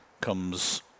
comes